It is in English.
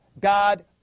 God